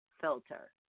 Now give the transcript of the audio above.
filter